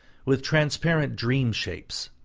with transparent dream-shapes.